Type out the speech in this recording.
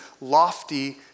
lofty